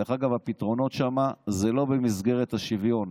דרך אגב, הפתרונות שם זה לא במסגרת השוויון,